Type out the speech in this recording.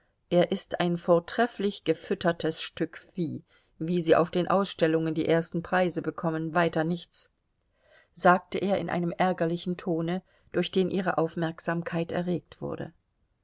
er ist ein vortrefflich gefüttertes stück vieh wie sie auf den ausstellungen die ersten preise bekommen weiter nichts sagte er in einem ärgerlichen tone durch den ihre aufmerksamkeit erregt wurde